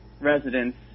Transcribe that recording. residents